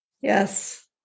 Yes